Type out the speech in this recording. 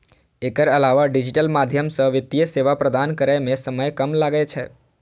एकर अलावा डिजिटल माध्यम सं वित्तीय सेवा प्रदान करै मे समय कम लागै छै